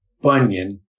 bunion